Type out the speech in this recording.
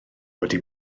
wedi